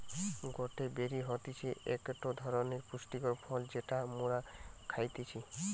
গটে বেরি হতিছে একটো ধরণের পুষ্টিকর ফল যেটা মোরা খাইতেছি